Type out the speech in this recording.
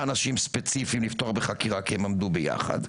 אנשים ספציפיים לפתוח בחקירה כי הם עמדו ביחד.